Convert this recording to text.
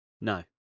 no